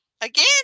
Again